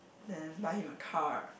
then buy him a car